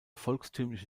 volkstümliche